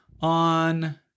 on